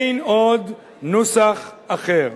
אין עוד נוסח אחר.